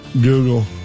Google